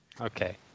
Okay